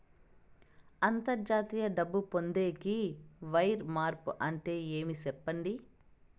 అంతర్జాతీయ డబ్బు పొందేకి, వైర్ మార్పు అంటే ఏమి? సెప్పండి?